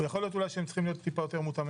יכול להיות שהם יכולים טיפה להיות יותר מותאמים